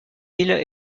îles